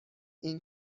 این